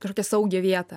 kažkokią saugią vietą